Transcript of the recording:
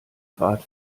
grad